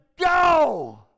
Go